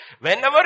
whenever